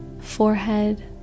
forehead